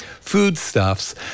foodstuffs